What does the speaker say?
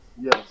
Yes